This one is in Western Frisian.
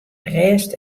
rêst